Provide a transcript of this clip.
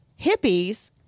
hippies